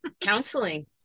counseling